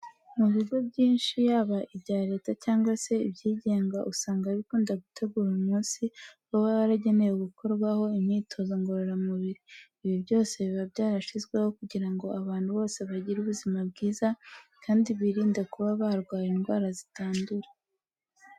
Mu bigo byinshi yaba ibya Leta cyangwa se ibyigenga usanga bikunda gutegura umunsi uba waragenewe gukorerwaho imyitozo ngororamubiri. Ibi byose biba byarashyizweho kugira ngo abantu bose bagire ubuzima bwiza kandi birinde kuba barwara indwara zitandura.